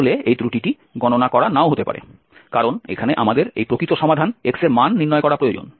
আসলে এই ত্রুটিটি গণনা করা নাও হতে পারে কারণ এখানে আমাদের এই প্রকৃত সমাধান x এর মান নির্ণয় করা প্রয়োজন